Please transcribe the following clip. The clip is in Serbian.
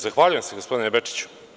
Zahvaljujem se gospodine Bečiću.